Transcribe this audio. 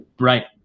Right